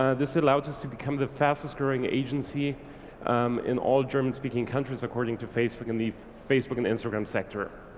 ah this allowed us to become the fastest growing agency in all german-speaking countries according to facebook, in the facebook and instagram sector.